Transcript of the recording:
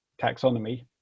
taxonomy